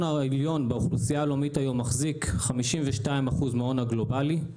העליון באוכלוסייה העולמית מחזיק 52% מההון הגלובלי,